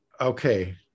okay